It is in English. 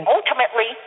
Ultimately